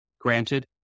granted